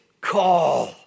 call